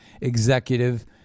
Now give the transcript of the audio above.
executive